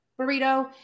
burrito